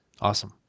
Awesome